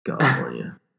California